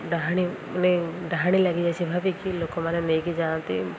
ଡ଼ାହାଣୀ ଡ଼ାହାଣୀ ଲାଗିଯାଇଛି ଭାବିକି ଲୋକମାନେ ନେଇକି ଯାଆନ୍ତି